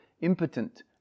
impotent